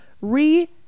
re